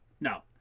No